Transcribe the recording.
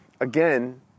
Again